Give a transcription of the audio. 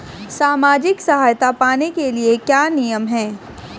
सामाजिक सहायता पाने के लिए क्या नियम हैं?